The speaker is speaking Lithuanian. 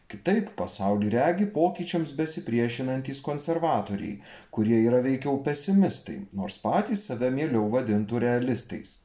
kitaip pasaulį regi pokyčiams besipriešinantys konservatoriai kurie yra veikiau pesimistai nors patys save mieliau vadintų realistais